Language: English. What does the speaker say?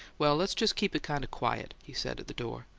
well, let's just keep it kind of quiet, he said, at the door.